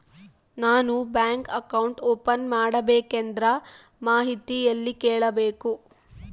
ನಾನು bank account open ಮಾಡಬೇಕಂದ್ರ ಮಾಹಿತಿ ಎಲ್ಲಿ ಕೇಳಬೇಕು?